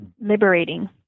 liberating